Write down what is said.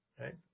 right